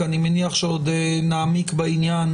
כי אני מניח שעוד נעמיק בעניין,